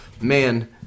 Man